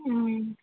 ம்